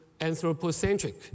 anthropocentric